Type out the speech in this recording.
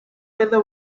whether